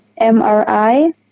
MRI